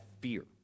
fear